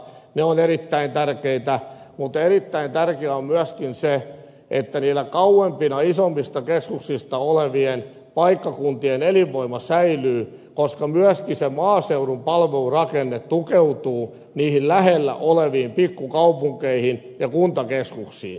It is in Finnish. ne ovat erittäin tärkeitä mutta erittäin tärkeä on myöskin se että niiden kauempina isommista keskuksista olevien paikkakuntien elinvoima säilyy koska myöskin se maaseudun palvelurakenne tukeutuu niihin lähellä oleviin pikkukaupunkeihin ja kuntakeskuksiin